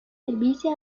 servicio